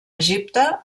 egipte